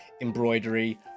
embroidery